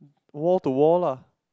wall to wall lah